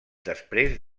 després